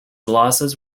losses